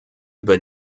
über